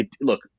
Look